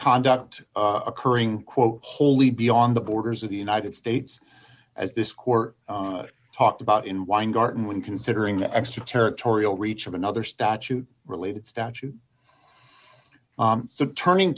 conduct occurring quote wholly beyond the borders of the united states as this core talked about in weingarten when considering the extra territorial reach of another statute related statute so turning